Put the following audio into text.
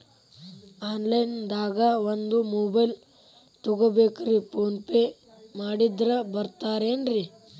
Online ದಾಗ ಒಂದ್ mobile ತಗೋಬೇಕ್ರಿ ಫೋನ್ ಪೇ ಮಾಡಿದ್ರ ಬರ್ತಾದೇನ್ರಿ?